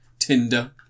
Tinder